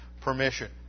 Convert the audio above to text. permission